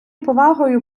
повагою